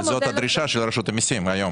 זאת הדרישה של רשות המסים היום.